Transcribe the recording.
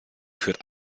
führt